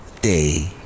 Day